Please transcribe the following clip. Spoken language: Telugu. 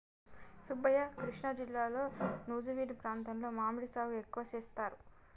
సుబ్బయ్య కృష్ణా జిల్లాలో నుజివీడు ప్రాంతంలో మామిడి సాగు ఎక్కువగా సేస్తారు